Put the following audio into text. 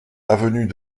avenue